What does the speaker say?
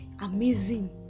amazing